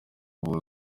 buza